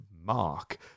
mark